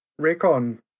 raycon